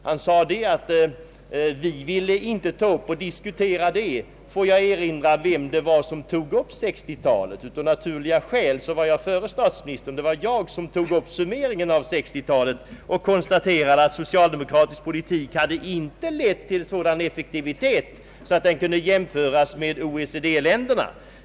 Han menade att vi inte var villiga att diskutera 1960-talet. Får jag erinra om att det var jag som drog upp den diskussionen, och det av naturliga skäl, ty jag var före statsministern i talarstolen. Vid en summering av 1960-talet framhöll jag att socialdemokratisk politik inte har lett till en sådan effektivitet att den kunde jämföras med övriga OECD-länders.